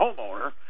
homeowner